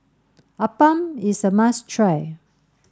Appam is a must try